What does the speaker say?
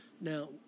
Now